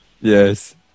Yes